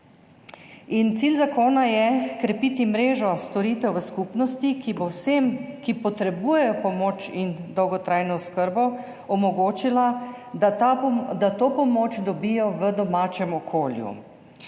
In cilj zakona je krepiti mrežo storitev v skupnosti, ki bo vsem, ki potrebujejo pomoč in dolgotrajno oskrbo omogočila, da to pomoč dobijo v domačem okolju.